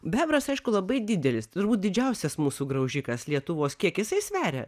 bebras aišku labai didelis turbūt didžiausias mūsų graužikas lietuvos kiek jisai sveria